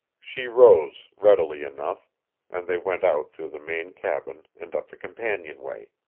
she rose, readily enough and they went out through the main cabin, and up the companionway.